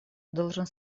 должен